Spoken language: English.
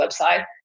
website